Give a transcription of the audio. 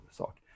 sak